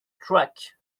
track